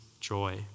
joy